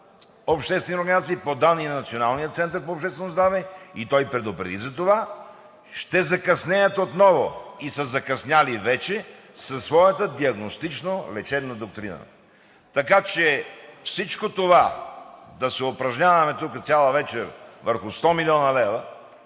обществени организации, по данни и на Националния център по обществено здраве – и той предупреди за това, ще закъснеят отново – и са закъснели вече, със своята диагностично-лечебна доктрина. Така че всичко това да се упражняваме тук цяла вечер върху 100 млн. лв.,